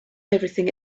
everything